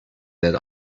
that